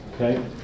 okay